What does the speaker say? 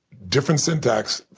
different syntax,